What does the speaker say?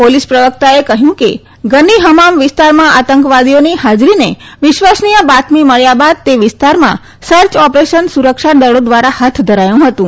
police પ્રવક્તાએ કહ્યું કે ગની હમામ વિસ્તારમાં આતંકવાદીઓની હાજરીને વિશ્વસનીય બાતમી મળ્યા બાદ તે વિસ્તારમાં સર્ચ ઓપરેશન સુરક્ષાદળો દ્વારા હાથ ધરાયું હતું